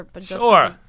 Sure